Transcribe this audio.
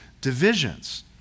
Divisions